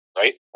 right